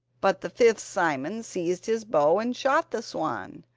but the fifth simon seized his bow and shot the swan,